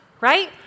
right